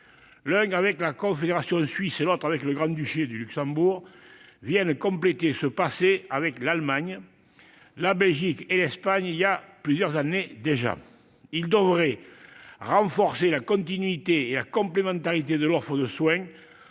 l'un avec la Confédération suisse, l'autre avec le Grand-Duché de Luxembourg -viennent compléter ceux qui ont été passés avec l'Allemagne, la Belgique et l'Espagne voilà plusieurs années déjà. Ils devraient renforcer la continuité et la complémentarité de l'offre de soins